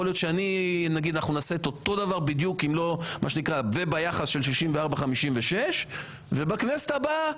יכול להיות שאנחנו נעשה את אותו דבר בדיוק וביחס של 64-56. בכנסת הבאה,